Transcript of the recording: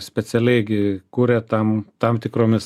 specialiai gi kuria tam tam tikromis